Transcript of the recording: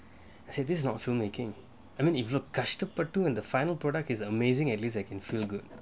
I say this is not filmmaking I mean if கஷ்டப்பட்டு:kashtappattu and the final product is amazing at least I can feel good